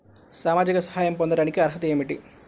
సామాజిక సహాయం పొందటానికి అర్హత ఏమిటి?